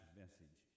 message